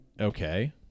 Okay